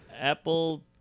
Apple